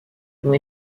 ont